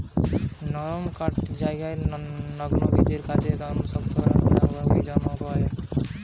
নরম কাঠ জুগায় নগ্নবীজের গাছ আর শক্ত কাঠ আবৃতবীজের গাছ নু পাওয়া যায়